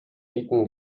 eaten